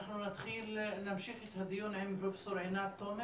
נמשיך את הדיון עם פרופ' תומר